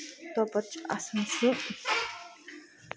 توپٲرۍ چھُ آسان چھُ